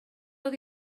oedd